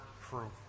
proof